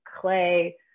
clay